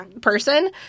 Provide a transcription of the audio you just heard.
person